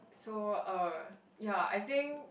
so uh ya I think